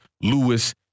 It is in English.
Lewis